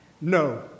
No